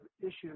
issues